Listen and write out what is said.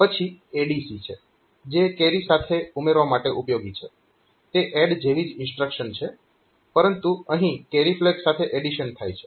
પછી ADC છે જે કેરી સાથે ઉમેરવાં માટે ઉપયોગી છે તે ADD જેવી જ ઇન્સ્ટ્રક્શન છે પરંતુ અહીં કેરી ફ્લેગ સાથે એડીશન થાય છે